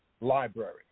Library